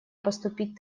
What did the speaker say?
поступить